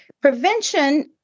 prevention